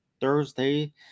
Thursday